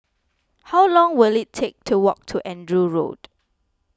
how long will it take to walk to Andrew Road